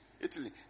Italy